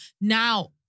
Now